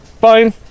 Fine